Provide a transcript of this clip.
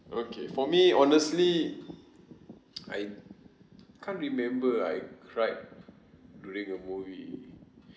okay for me honestly I can't remember I cried during a movie